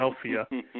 Philadelphia